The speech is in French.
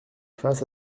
face